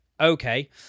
Okay